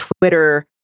twitter